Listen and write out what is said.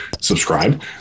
subscribe